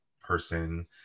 person